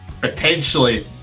potentially